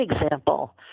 example